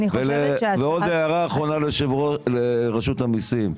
ועוד הערה אחרונה לרשות המיסים,